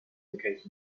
located